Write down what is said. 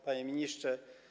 Panie Ministrze!